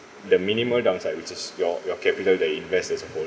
the minimal downside which is your your capital that invest as a whole